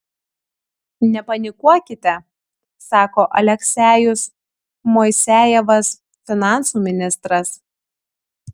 nepanikuokite sako aleksejus moisejevas finansų ministras